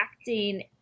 acting